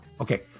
Okay